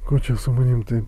ko čia su manim taip